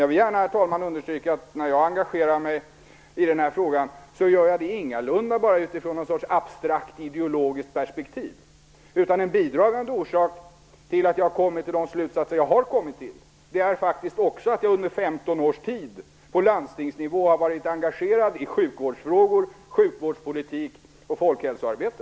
Jag vill gärna understryka att jag när jag engagerar mig i den här frågan ingalunda gör det utifrån någon sorts abstrakt ideologiskt perspektiv. En bidragande orsak till att jag har kommit fram till de slutsatser som jag har kommit fram till är faktiskt också att jag under 15 års tid på landstingsnivå har varit engagerad i sjukvårdsfrågor, sjukvårdspolitik och folkhälsoarbete.